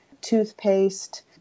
toothpaste